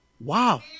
Wow